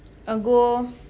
or go